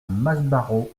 masbaraud